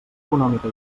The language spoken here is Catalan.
econòmica